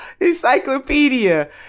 encyclopedia